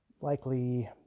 likely